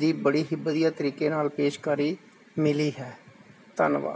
ਦੀ ਬੜੀ ਹੀ ਵਧੀਆ ਤਰੀਕੇ ਨਾਲ ਪੇਸ਼ਕਾਰੀ ਮਿਲੀ ਹੈ ਧੰਨਵਾਦ